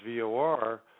VOR